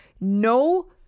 no